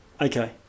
okay